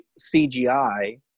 CGI